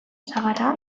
sagarra